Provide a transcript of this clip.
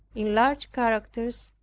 in large characters,